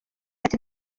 ati